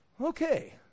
Okay